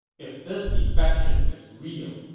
if this defection is real,